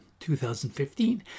2015